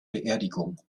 beerdigung